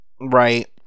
right